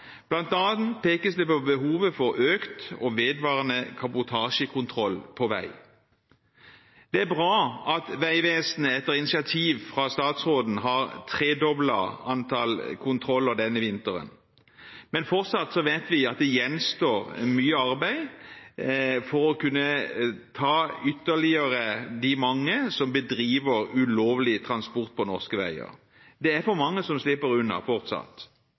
pekes det på behovet for økt og vedvarende kabotasjekontroll på veiene. Det er bra at Vegvesenet, etter initiativ fra statsråden, har tredoblet antall kontroller denne vinteren. Men fortsatt vet vi at det gjenstår mye arbeid for å kunne ta de mange som bedriver ulovlig transport på norske veier. Det er for mange som slipper unna fortsatt.